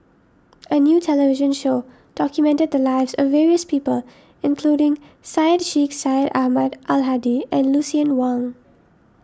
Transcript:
a new television show documented the lives of various people including Syed Sheikh Syed Ahmad Al Hadi and Lucien Wang